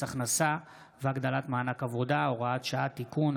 הכנסה והגדלת מענק עבודה (הוראת שעה) (תיקון),